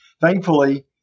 Thankfully